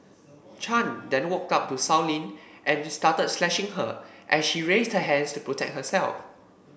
Chan then walked up to Sow Lin and started slashing her as she raised her hands to protect herself